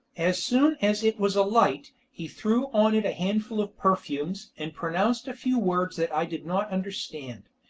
as soon as it was alight, he threw on it a handful of perfumes, and pronounced a few words that i did not understand,